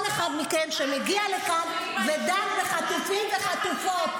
אחד מכם שמגיע לכאן ודן בחטופים ובחטופות.